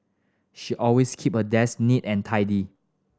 she always keep her desk neat and tidy